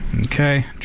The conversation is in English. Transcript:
Okay